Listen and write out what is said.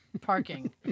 parking